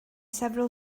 several